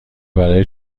برای